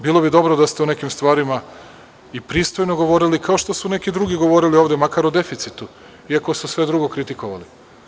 Bilo bi dobro da ste o nekim stvarima pristojno govorili, kao što su drugi govorili ovde makar o deficitu iako su sve drugo kritikovali.